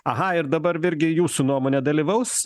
aha ir dabar virgi jūsų nuomone dalyvaus